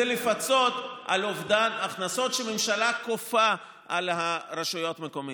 היא לפצות על אובדן הכנסות שהממשלה כופה על הרשויות המקומיות.